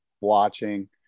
watching